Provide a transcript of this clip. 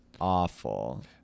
awful